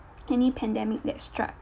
any pandemic that struck